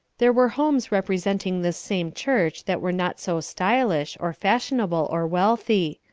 there were homes representing this same church that were not so stylish, or fashionable, or wealthy.